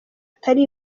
atari